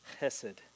chesed